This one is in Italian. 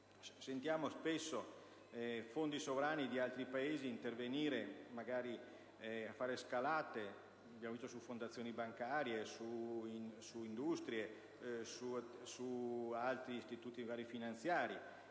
sentiamo spesso fondi sovrani di altri Paesi intervenire per fare scalate su fondazioni bancarie, su industrie e su altri istituti finanziari;